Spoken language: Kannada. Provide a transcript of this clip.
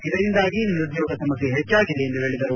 ಇದರಿಂದಾಗಿ ನಿರುದ್ದೋಗ ಸಮಸ್ತೆ ಹೆಚ್ಚಾಗಿದೆ ಎಂದು ಹೇಳಿದರು